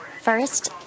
First